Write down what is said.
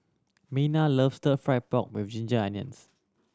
Minna loves Stir Fry pork with ginger onions